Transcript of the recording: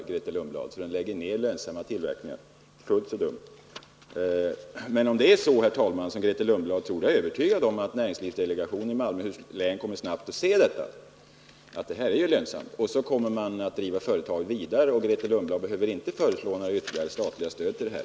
Grethe Lundblad har ju här i riksdagen varit med om att anslå en mängd miljoner till företaget, som tydligen är alldeles tokigt, eftersom det håller på att lägga ned en lönsam verksamhetsgren. Men kapitalismen är inte fullt så dum, Grethe Lundblad, att den lägger ned lönsamma tillverkningar.